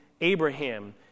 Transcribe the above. Abraham